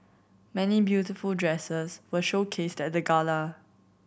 many beautiful dresses were showcased at the gala